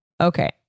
Okay